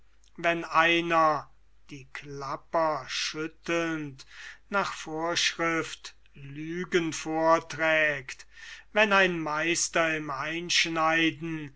wenn einer die klapper schüttelnd nach vorschrift lügen vorträgt wenn ein meister im einschneiden